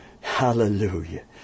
Hallelujah